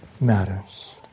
matters